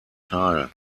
teil